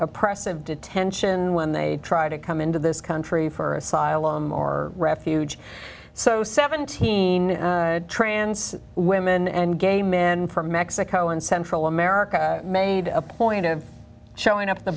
oppressive detention when they try to come into this country for asylum or refuge so seventeen trans women and gay men from mexico and central america made a point of showing up